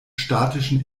statischen